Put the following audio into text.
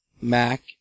Mac